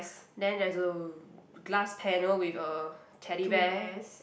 then there's a glass panel with a Teddy Bear